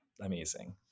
amazing